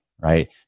right